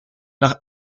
nach